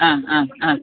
ആ ആ ആ